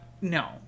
No